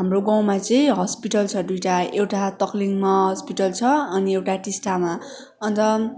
हाम्रो गाउँमा चाहिँ हस्पिटल छ दुइटा एउटा तकलिङमा हस्पिटल छ अनि एउटा टिस्टामा अन्त